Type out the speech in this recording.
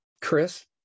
Chris